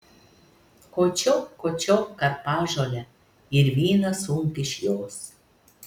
kočiok kočiok karpažolę ir vyną sunk iš jos